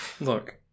Look